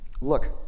Look